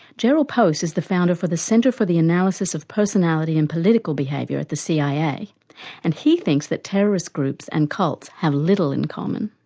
jerrold post is the founder of the centre for the analysis of personality and political behaviour at the cia and he thinks that terrorist groups and cults have little in common.